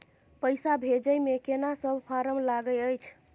पैसा भेजै मे केना सब फारम लागय अएछ?